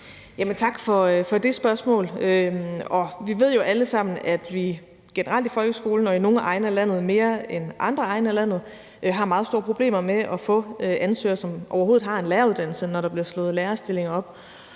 Tak for det spørgsmål. Vi ved jo alle sammen, at der generelt i folkeskolen, i nogle egne af landet mere end i andre, er meget store problemer med overhovedet at få ansøgere, som har en læreruddannelse, når der bliver slået lærerstillinger op.